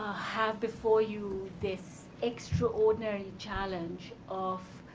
have before you this extraordinary challenge of